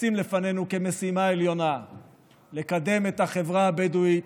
לשים לפנינו כמשימה עליונה לקדם את החברה הבדואית,